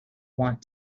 want